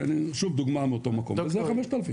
שוב, דוגמה מאותו מקום, וזה ה-5,000.